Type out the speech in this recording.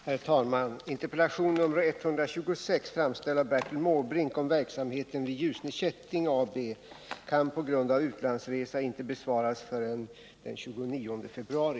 Herr talman! Interpellation nr 126, framställd av Bertil Måbrink, om verksamheten vid Ljusne Kätting AB kan på grund av utlandsresa inte besvaras förrän den 29 februari.